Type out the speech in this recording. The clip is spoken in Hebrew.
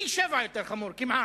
פי-שבעה יותר חמור, כמעט.